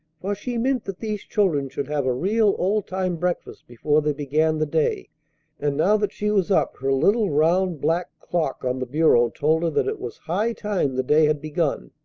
for she meant that these children should have a real old-time breakfast before they began the day and now that she was up her little round black clock on the bureau told her that it was high time the day had begun.